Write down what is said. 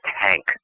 tank